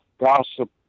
gossip